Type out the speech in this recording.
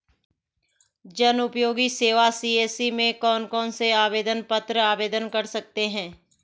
जनउपयोगी सेवा सी.एस.सी में कौन कौनसे आवेदन पत्र आवेदन कर सकते हैं?